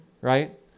Right